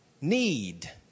need